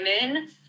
women